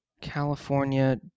California